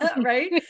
Right